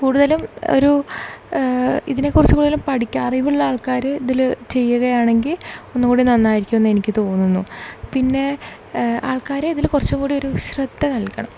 കൂടുതലും ഒരു ഇതിനെക്കുറിച്ച് കൂടുതലും പഠിക്കുക അറിവുള്ള ആൾക്കാര് ഇതില് ചെയ്യുകയാണെങ്കിൽ ഒന്നുകൂടി നന്നായിരിക്കുമെന്ന് എനിക്ക് തോന്നുന്നു പിന്നെ ആൾക്കാരെ ഇതിൽ കുറച്ചു കൂടി ഒരു ശ്രദ്ധ നൽകണം